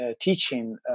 teaching